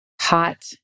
hot